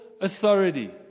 authority